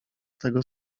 tego